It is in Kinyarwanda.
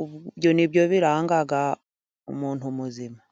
ibyo byo biranga umuntu muzima.